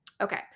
Okay